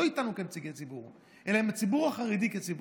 לא איתנו כנציגי ציבור אלא עם הציבור החרדי כציבור.